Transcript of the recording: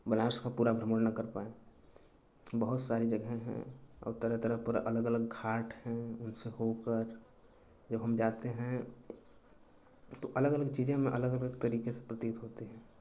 बनारस का पूरा भ्रमण न कर पाएँ बहुत सारी जगहें हैं और तरह तरह पूरा लगा अलग घाट हैं उनसे होकर जब हम जाते हैं तो अलग अलग चीज़ों में अलग अलग तरीके से प्रतीत होते हैं